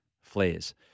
flares